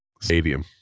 stadium